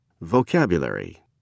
Vocabulary